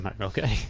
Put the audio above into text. Okay